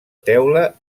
teula